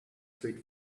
street